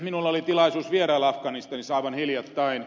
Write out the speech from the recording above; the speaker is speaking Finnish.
minulla oli tilaisuus vierailla afganistanissa aivan hiljattain